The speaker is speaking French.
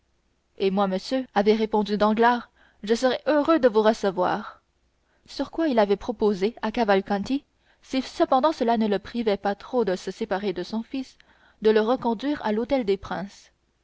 et moi monsieur avait répondu danglars je serai heureux de vous recevoir sur quoi il avait proposé à cavalcanti si cependant cela ne le privait pas trop de se séparer de son fils de le reconduire à l'hôtel des princes